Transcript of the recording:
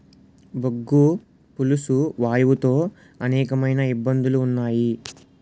బొగ్గు పులుసు వాయువు తో అనేకమైన ఇబ్బందులు ఉన్నాయి